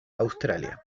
australia